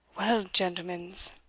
well, gentlemens,